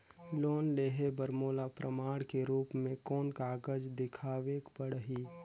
Loan लेहे बर मोला प्रमाण के रूप में कोन कागज दिखावेक पड़ही?